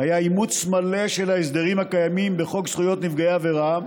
היה אימוץ מלא של ההסדרים הקיימים בחוק זכויות נפגעי עבירה,